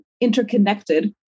interconnected